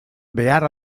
behar